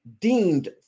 deemed